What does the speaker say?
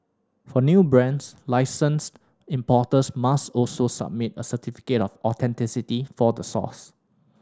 for new brands licensed importers must also submit a certificate of authenticity for the source